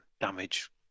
damage